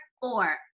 four